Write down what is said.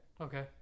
Okay